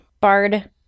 Bard